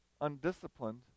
undisciplined